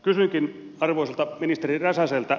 kysynkin arvoisalta ministeri räsäseltä